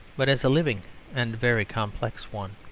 but as a living and very complex one.